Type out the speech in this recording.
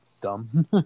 dumb